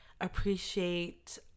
appreciate